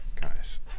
guys